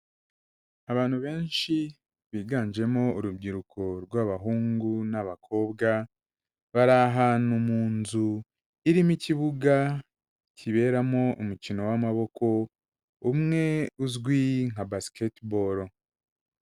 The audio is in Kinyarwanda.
Abantu benshi biganjemo urubyiruko rw'abahungu n'abakobwa, bari ahantu mu nzu irimo ikibuga kiberamo umukino w'amaboko umwe uzwi nka Basketball.